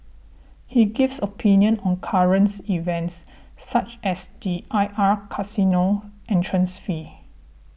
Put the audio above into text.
he gives opinions on currents events such as the I R casino entrance fee